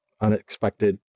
unexpected